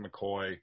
McCoy